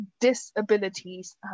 disabilities